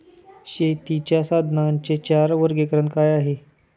शेतीच्या साधनांचे चार वर्गीकरण काय आहे?